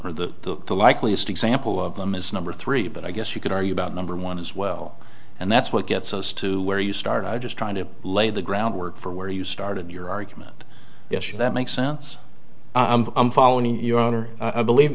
or the the likeliest example of them is number three but i guess you could argue about number one as well and that's what gets us to where you start i just trying to lay the groundwork for where you started your argument yes that makes sense and i'm following your honor i believe